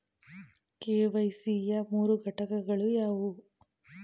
KYC ಯ ಮೂರು ಘಟಕಗಳು ಯಾವುವು?